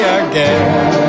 again